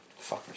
Fuckers